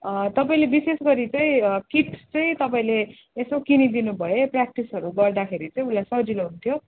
तपाईँले विशेष गरी चाहिँ किट्स चाहिँ तपाईँले यसो किनिदिनु भए प्र्याक्टिसहरू गर्दाखेरि चाहिँ उसलाई सजिलो हुन्थ्यो